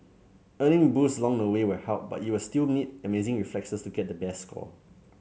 earning boosts long the way will help but you'll still need amazing reflexes to get the best score